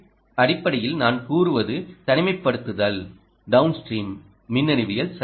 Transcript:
அடிப்படையில் நான் கூறுவது தனிமைப்படுத்துதல் டவுன்ஸ்டிரீம் மின்னணுவியல் சரியா